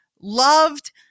loved